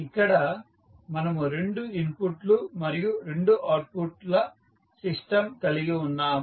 ఇక్కడ మనము 2 ఇన్పుట్ మరియు 2 అవుట్పుట్ ల సిస్టం కలిగి ఉన్నాము